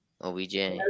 OBJ